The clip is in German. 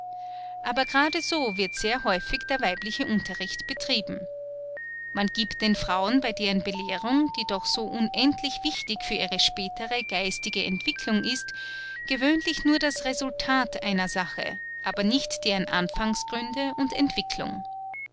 aber grade so wird sehr häufig der weibliche unterricht betrieben man gibt den frauen bei deren belehrung die doch so unendlich wichtig für ihre spätere geistige entwicklung ist gewöhnlich nur das resultat einer sache aber nicht deren anfangsgründe und entwicklung